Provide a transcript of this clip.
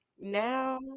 now